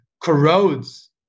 corrodes